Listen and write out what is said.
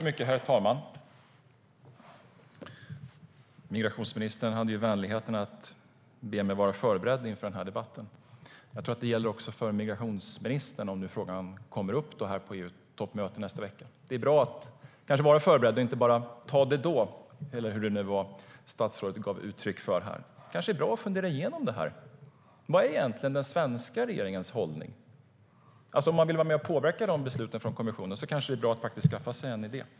Herr talman! Migrationsministern hade vänligheten att be mig vara förberedd inför den här debatten. Jag tror att det även gäller för migrationsministern om frågan kommer upp på EU-toppmötet nästa vecka. Det kan vara bra att vara förberedd och inte bara ta det då, eller hur det nu var statsrådet uttryckte sig. Det kanske är bra att fundera igenom vad den svenska regeringens hållning egentligen är. Om man vill vara med och påverka förslagen från kommissionen kanske det är bra att skaffa sig en idé.